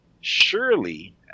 surely